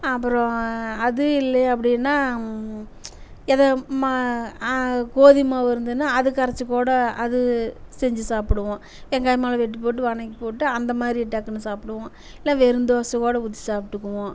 அப்புறம் அது இல்லை அப்டினா எது மா கோதுமை மாவு இருந்ததுன்னா அது கரைச்சு கூட அது செஞ்சு சாப்பிடுவோம் வெங்காயமெல்லாம் வெட்டி போட்டு வனக்கி போட்டு அந்தமாதிரி டக்குனு சாப்பிடுவோம் இல்லை வெறும் தோசை கூட ஊற்றி சாப்பிட்டுக்குவோம்